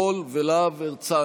עידן רול ויוראי להב הרצנו.